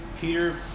Peter